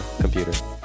computer